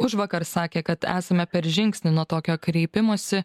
užvakar sakė kad esame per žingsnį nuo tokio kreipimosi